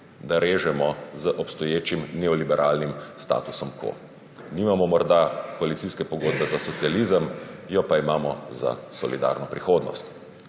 da režemo z obstoječim neoliberalnim statusom quo. Nimamo morda koalicijske pogodbe za socializem, jo pa imamo za solidarno prihodnost.